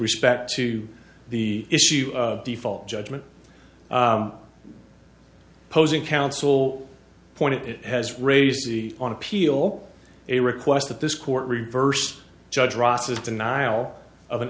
respect to the issue of default judgment opposing counsel point it has raised on appeal a request that this court reversed judge ross's denial of an